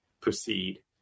proceed